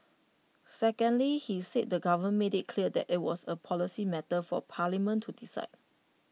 secondly he said the government made IT clear that IT was A policy matter for parliament to decide